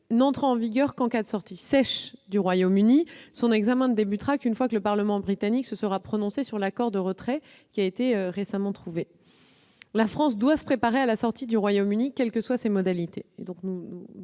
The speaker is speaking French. entrer en vigueur qu'en cas de sortie « sèche » du Royaume-Uni de l'Union européenne, son examen ne débutera qu'une fois que le Parlement britannique se sera prononcé sur l'accord de retrait récemment trouvé. La France doit se préparer à la sortie du Royaume-Uni, quelles que soient ses modalités.